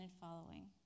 following